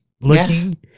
looking